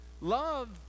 Love